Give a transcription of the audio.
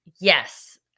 Yes